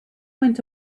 went